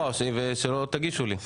לא, שלא תגישו לי.